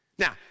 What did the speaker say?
Now